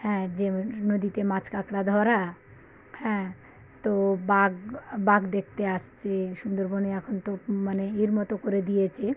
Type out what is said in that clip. হ্যাঁ যে নদীতে মাছ কাঁকড়া ধরা হ্যাঁ তো বাঘ বাঘ দেখতে আসছে সুন্দরবনে এখন তো মানে ইয়ের মতো করে দিয়েছে